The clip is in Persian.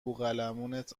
بوقلمونت